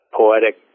poetic